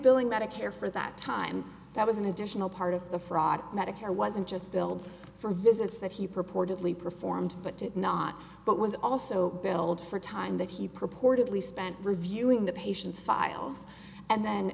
billing medicare for that time that was an additional part of the fraud medicare wasn't just billed for visits that he purportedly performed but did not but was also billed for time that he purportedly spent reviewing the patient's files and then